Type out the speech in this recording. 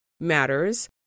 matters